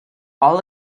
all